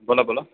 बोलऽ बोलऽ